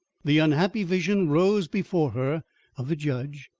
the unhappy vision rose before her of the judge,